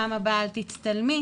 פעם הבאה אל תצטלמי.